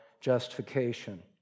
justification